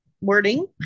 wording